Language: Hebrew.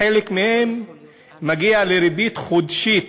חלק מהן מגיע לריבית חודשית,